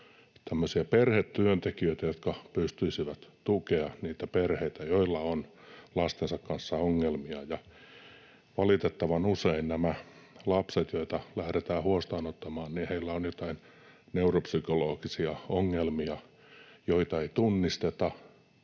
tämmöisiä perhetyöntekijöitä, jotka pystyisivät tukemaan niitä perheitä, joilla on lastensa kanssa ongelmia. Valitettavan usein näillä lapsilla, joita lähdetään huostaanottamaan, on jotain neuropsykologisia ongelmia, joita ei tunnisteta